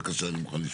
בבקשה, אני מוכן לשמוע.